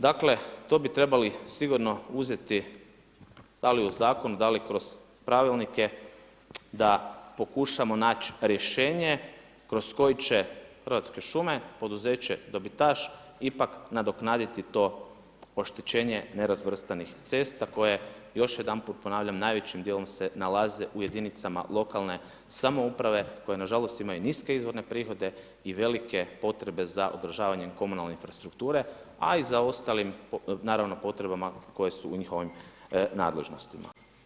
Dakle, to bi trebali sigurno uzeti da li zakon, da li kroz pravilnike da pokušamo naći rješenje kroz koje će Hrvatske šume, poduzeće dobitaš ipak nadoknaditi to oštećenje nerazvrstanih cesta koje još jedanput ponavljam, najvećim djelom se nalaze u jedinicama lokalne samouprave koje nažalost imaju niske izvorne prihode i velike potrebe za održavanjem komunalne infrastrukture a i za ostalim potrebama koje su u njihovoj nadležnosti.